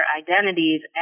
identities